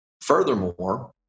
Furthermore